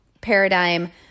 paradigm